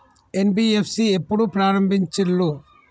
NBFC ఎప్పుడు ప్రారంభించిల్లు?